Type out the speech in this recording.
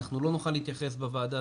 אנחנו לא נוכל להתייחס בוועדה,